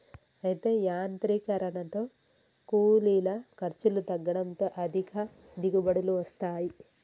అయితే యాంత్రీకరనతో కూలీల ఖర్చులు తగ్గడంతో అధిక దిగుబడులు వస్తాయి